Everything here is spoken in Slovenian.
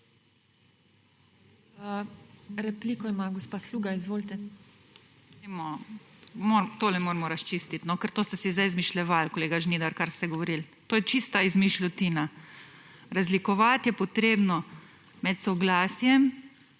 Repliko ima gospa Sluga, izvolite. JANJA SLUGA (PS NeP): Tole moramo razčistiti, ker to ste si zdaj izmišljevali kolega Žnidar, kar ste govorili. To je čista izmišljotina. Razlikovati je potrebno med soglasjem